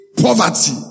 poverty